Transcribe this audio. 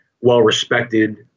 well-respected